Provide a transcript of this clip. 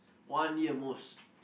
one year most